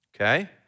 okay